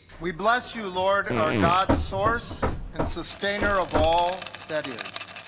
we bless you lord our god source and sustainer of all that is